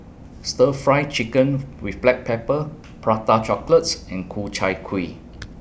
Stir Fry Chicken with Black Pepper Prata Chocolates and Ku Chai Kuih